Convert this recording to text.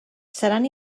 seran